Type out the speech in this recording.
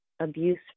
abuse